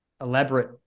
elaborate